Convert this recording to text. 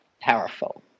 powerful